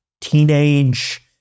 teenage